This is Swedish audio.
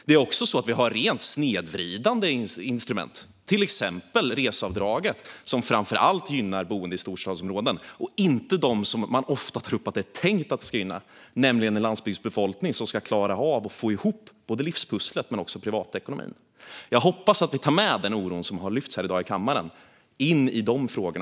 Det finns dessutom rent snedvridande instrument, till exempel reseavdraget som framför allt gynnar boende i storstadsområden och inte dem som man tror att det är tänkt att gynna, nämligen landsbygdsbefolkningen som ska klara av att få ihop livspusslet och privatekonomin. Den oro som har lyfts fram här i kammaren i dag hoppas jag att ni även tar med in i dessa frågor.